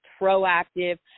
proactive